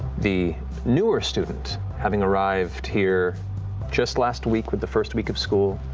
the newer student, having arrived here just last week with the first week of school,